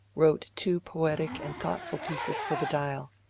wrote two poetic and thoughtful pieces for the dial.